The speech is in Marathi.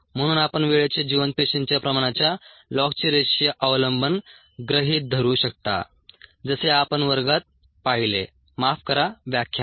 म्हणून आपण वेळेचे जिवंत पेशींच्या प्रमाणाच्या लॉगचे रेषीय अवलंबन गृहित धरू शकता जसे आपण वर्गात पाहिले माफ करा व्याख्यान